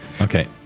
okay